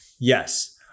Yes